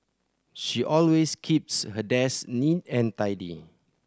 she always keeps her desk neat and tidy